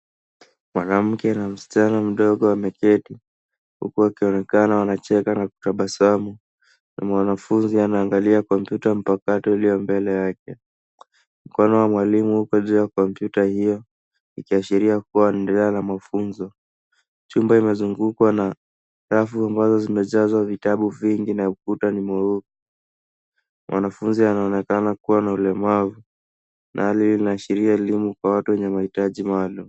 Mwanamke na msichana mdogo wameketi huku wakionekana wanacheka na kutabasamu na mwanafunzi anaangalia kompyuta mpakato iliyo mbele yake, mkono wa mwalimu uko juu ya kompyuta hio ikiisharia kuwa wanaendelea na mafunzo. Chumba imezungukwa na rafu ambaye zimejazwa vitabu vingi na ukuta ni mweupe. Mwanafunzi anaonekana kuwa na ulemavu na hali hio inaashiria elimu kwa watu wenye mahitaji maalum.